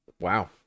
Wow